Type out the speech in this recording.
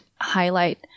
highlight